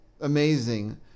amazing